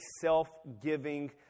self-giving